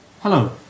hello